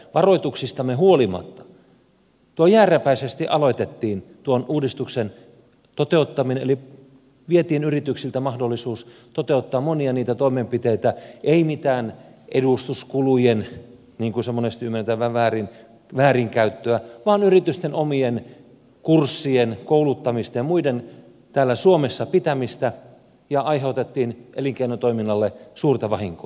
varoituksistamme huolimatta jääräpäisesti aloitettiin tuon uudistuksen toteuttaminen eli vietiin yrityksiltä mahdollisuus toteuttaa monia niitä toimenpiteitä ei mitään edustuskulujen väärinkäyttöä niin kuin se monesti ymmärretään vähän väärin vaan kouluttamista yritysten omien ja muiden kurssien täällä suomessa pitämistä ja aiheutettiin elinkeinotoiminnalle suurta vahinkoa